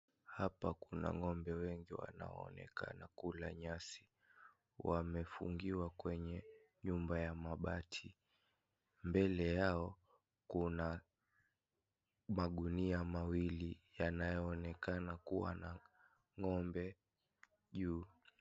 Hapa kuna ngombe wengi wanaoonekana kula nyasi, wamefungiwa kwenye nyumba ya mabati. Mbele yao kuna magunia mawili yanayoonekana kuwa na ngombe juu.